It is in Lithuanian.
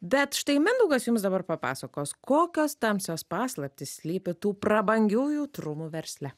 bet štai mindaugas jums dabar papasakos kokios tamsios paslaptys slypi tų prabangiųjų trumų versle